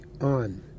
on